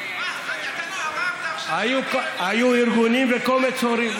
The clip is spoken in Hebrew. היו ארגונים וקומץ הורים.